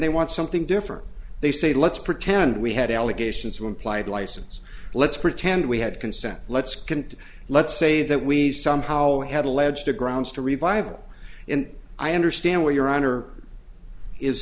they want something different they say let's pretend we had allegations of implied license let's pretend we had consent let's can let's say that we somehow had alleged the grounds to revival and i understand where your honor is